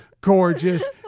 gorgeous